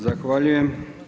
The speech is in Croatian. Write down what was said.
Zahvaljujem.